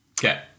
Okay